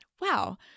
wow